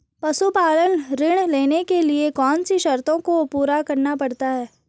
पशुपालन ऋण लेने के लिए कौन सी शर्तों को पूरा करना पड़ता है?